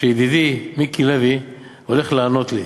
שידידי מיקי לוי הולך לענות לי,